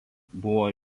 buvo